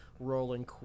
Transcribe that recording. rolling